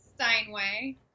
Steinway